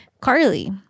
Carly